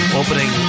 opening